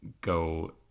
go